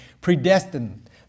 Predestined